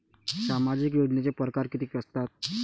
सामाजिक योजनेचे परकार कितीक असतात?